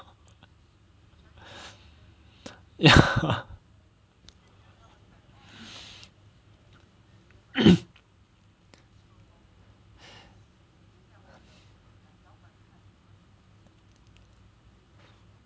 ya